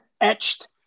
etched